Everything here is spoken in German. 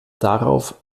darauf